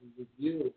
review